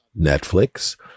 Netflix